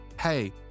Hey